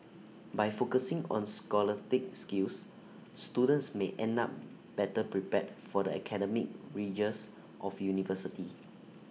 by focusing on scholastic skills students may end up better prepared for the academic rigours of university